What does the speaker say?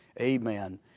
Amen